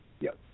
Yes